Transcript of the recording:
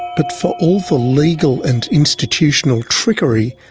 but for all the legal and institutional trickery,